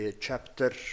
chapter